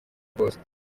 rwose